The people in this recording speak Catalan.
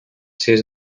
sis